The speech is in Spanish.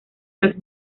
las